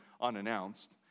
unannounced